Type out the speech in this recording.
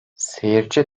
seyirci